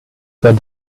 their